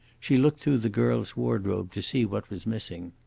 she looked through the girl's wardrobe to see what was missing.